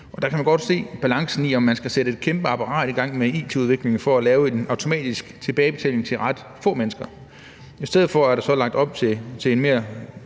Og der kan man godt kigge på balancen, i forhold til om man skal sætte et kæmpe apparat i gang med it-udvikling for at lave en automatisk tilbagebetaling til ret få mennesker. I stedet for er der så lagt op til en,